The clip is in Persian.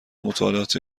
مطالعاتی